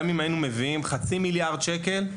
גם אם היינו מביאים 0.5 מיליארד שקל,